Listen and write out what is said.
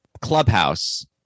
clubhouse